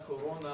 הקורונה,